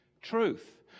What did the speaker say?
truth